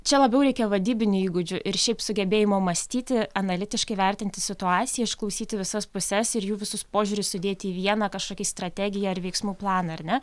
čia labiau reikia vadybinių įgūdžių ir šiaip sugebėjimo mąstyti analitiškai vertinti situaciją išklausyti visas puses ir jų visus požiūrius sudėti į vieną kažkokį strategiją ar veiksmų planą ar ne